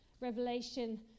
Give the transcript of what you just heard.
Revelation